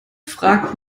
fragt